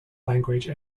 language